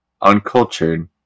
uncultured